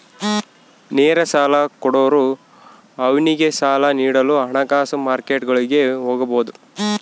ನೇರ ಸಾಲ ಕೊಡೋರು ಅವ್ನಿಗೆ ಸಾಲ ನೀಡಲು ಹಣಕಾಸು ಮಾರ್ಕೆಟ್ಗುಳಿಗೆ ಹೋಗಬೊದು